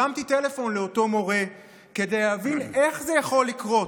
הרמתי טלפון לאותו מורה כדי להבין איך זה יכול לקרות,